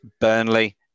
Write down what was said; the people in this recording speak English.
Burnley